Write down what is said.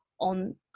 on